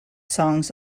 songs